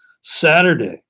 Saturday